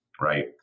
right